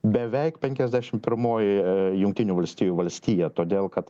beveik penkiadešimt pirmoji jungtinių valstijų valstija todėl kad